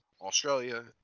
Australia